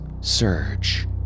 surge